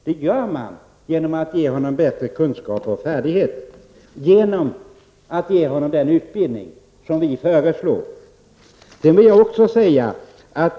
Det gör man genom att ge honom bättre kunskaper och färdigheter och genom att ge honom den utbildning som vi föreslår.